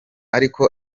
ariko